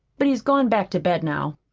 but he's gone back to bed now.